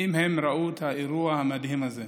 האם הם ראו את האירוע המדהים הזה?